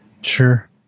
Sure